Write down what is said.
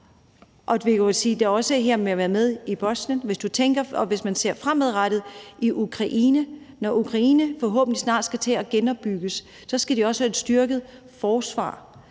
til det her med at være med i Bosnien – at hvis man ser det fremadrettet, når Ukraine forhåbentlig snart skal til at genopbygges, så skal de også have et styrket forsvar.